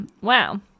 Wow